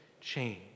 change